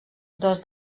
dos